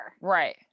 Right